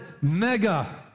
mega